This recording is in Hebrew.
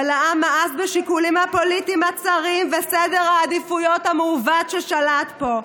אבל העם מאס בשיקולים הפוליטיים הצרים וסדר העדיפויות המעוות ששלט פה.